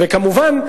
וכמובן,